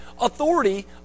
authority